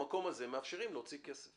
כן מאפשרים להוציא כסף.